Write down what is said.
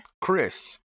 Chris